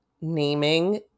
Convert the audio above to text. naming